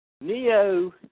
Neo